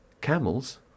Camels